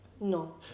no